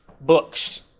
books